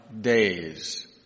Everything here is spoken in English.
days